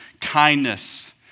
kindness